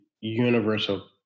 universal